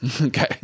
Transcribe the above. Okay